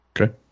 Okay